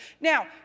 now